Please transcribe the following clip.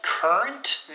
Current